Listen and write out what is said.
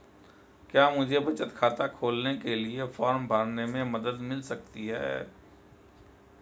क्या मुझे बचत खाता खोलने के लिए फॉर्म भरने में मदद मिल सकती है?